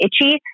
itchy